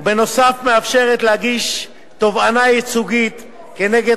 ובנוסף מאפשרת להגיש תובענה ייצוגית כנגד